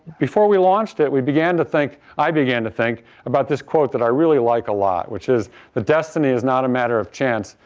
before we launched it, we began to think i began to think about this quote that i really like a lot, which is that destiny is not a matter of chance,